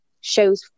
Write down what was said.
shows